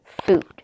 food